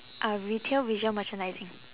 uh retail visual merchandising